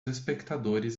espectadores